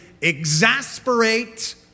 exasperate